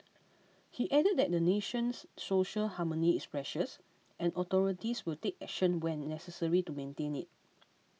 he added that the nation's social harmony is precious and authorities will take action when necessary to maintain it